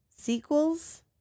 sequels